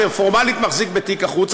שפורמלית מחזיק בתיק החוץ,